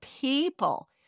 people